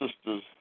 sister's